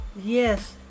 Yes